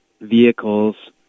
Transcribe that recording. vehicles